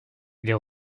les